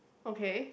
okay